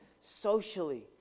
socially